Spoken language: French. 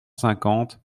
cinquante